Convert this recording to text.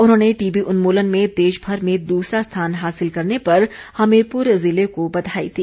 उन्होंने टीबी उन्मूलन में देशभर में दूसरा स्थान हासिल करने पर हमीरपुर ज़िले को बधाई दी